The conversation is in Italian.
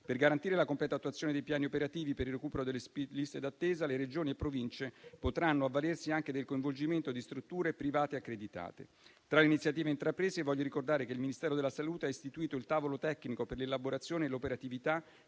Per garantire la completa attuazione dei piani operativi per il recupero delle liste d'attesa, le Regioni e Province autonome potranno avvalersi anche del coinvolgimento di strutture private accreditate. Tra le iniziative intraprese, voglio ricordare che il Ministero della salute ha istituito il tavolo tecnico per l'elaborazione e l'operatività